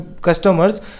customers